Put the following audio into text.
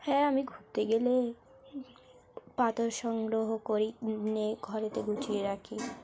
হ্যাঁ আমি ঘুরতে গেলে পাথর সংগ্রহ করি নিয়ে ঘরেতে গুছিয়ে রাখি